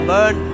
Burn